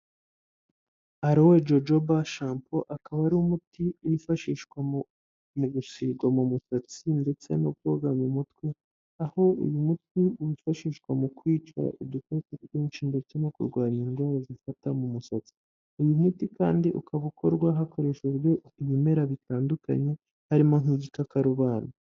Alowe jojoba shampo akaba ari umuti wifashishwa mu gusigwa mu musatsi ndetse no koga mu mutwe, aho uyu muti wifashishwa mu kwica udukoko twinshi no kurwanya indwara zifata mu musatsi, uyu muti kandi ukaba ukorwa hakoreshejwe ibimera bitandukanye harimo nk'igikakarumba.